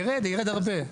יירד הרבה.